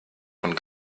von